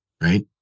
Right